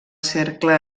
cercle